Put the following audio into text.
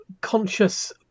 conscious